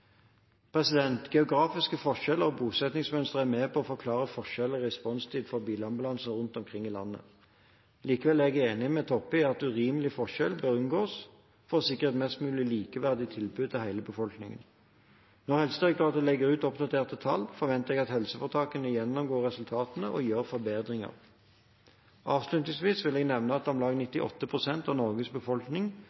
Geografiske forskjeller og bosettingsmønstre er med på å forklare forskjell i responstid for bilambulanse rundt omkring i landet. Likevel er jeg enig med Toppe i at urimelig forskjell bør unngås for å sikre et mest mulig likeverdig tilbud til hele befolkningen. Når Helsedirektoratet legger ut oppdaterte tall, forventer jeg at helseforetakene gjennomgår resultatene og gjør forbedringer. Avslutningsvis vil jeg nevne at om lag